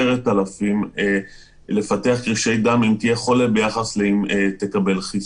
10,000 לפתח קרישי דם אם תהיה חולה ביחס לסיכוי הזה אם תקבל חיסון.